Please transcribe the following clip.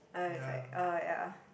I was like eh ya